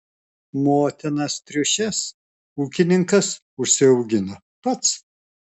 motinas triušes ūkininkas užsiaugina pats